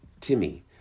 Timmy